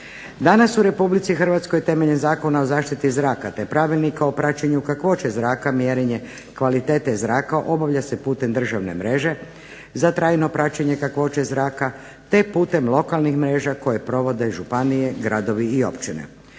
Danas u Republici Hrvatskoj temeljem Zakona o zaštiti zraka te pravilnika o praćenju kakvoće zraka, mjerenje kvalitete zraka obavlja se putem državne mreže za trajno praćenje kakvoće zraka te putem lokalnih mreža koje provode županije, gradovi i općine.